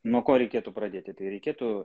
nuo ko reikėtų pradėti tai reikėtų